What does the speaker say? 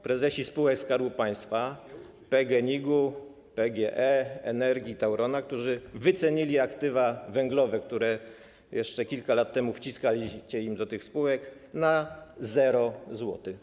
Prezesi spółek Skarbu Państwa: PGNiG-u, PGE, Energi, Tauronu, którzy wycenili aktywa węglowe, które jeszcze kilka lat temu wciskaliście im do tych spółek, na 0 zł.